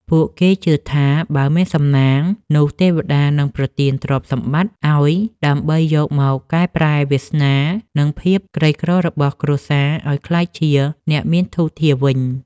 ពួកគេជឿថា បើមានសំណាង នោះទេវតានឹងប្រទានទ្រព្យសម្បត្តិឱ្យ ដើម្បីយកមកកែប្រែវាសនា និងភាពក្រីក្ររបស់គ្រួសារឱ្យក្លាយជាអ្នកមានធូរធារវិញ។